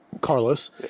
Carlos